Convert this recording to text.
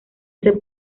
ese